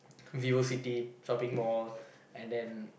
Vivo-City shopping mall and then